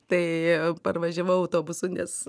tai parvažiavau autobusu nes